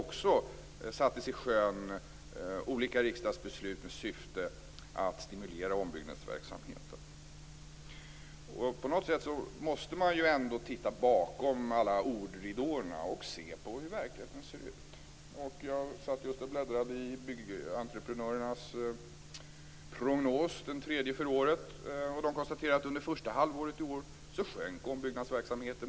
Också då sattes olika riksdagsbeslut med syfte att stimulera ombyggnadsverksamheten i sjön. Man måste ändå titta bakom alla ordridåer och se hur verkligheten ser ut. Jag satt just och bläddrade i byggentreprenörernas prognos, den tredje för året. De konstaterar att ombyggnadsverksamheten under det första halvåret i år sjönk med 28 %.